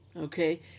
okay